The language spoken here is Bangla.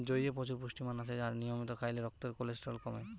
জইয়ে প্রচুর পুষ্টিমান আছে আর নিয়মিত খাইলে রক্তের কোলেস্টেরল কমে